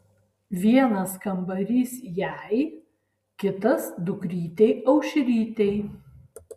vienas kambarys jai kitas dukrytei aušrytei